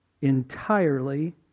entirely